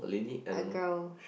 a girl